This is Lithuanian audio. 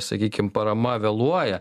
sakykim parama vėluoja